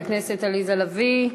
תודה, חברת הכנסת עליזה לביא.